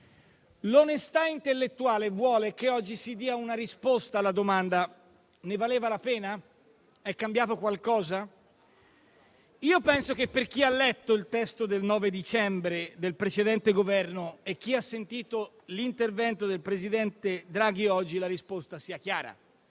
L'onestà intellettuale vuole che oggi si dia una risposta alla seguente domanda: ne valeva la pena? È cambiato qualcosa? Io penso che, per chi ha letto il testo del 9 dicembre del precedente Governo e chi ha sentito l'intervento del presidente Draghi oggi, la risposta sia chiara.